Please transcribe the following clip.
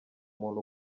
muntu